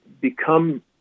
become